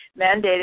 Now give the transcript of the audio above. mandated